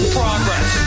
progress